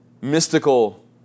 mystical